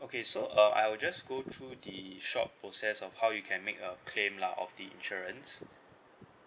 okay so uh I will just go through the short process of how you can make a claim lah of the insurance